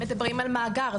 אם מדברים על מאגר,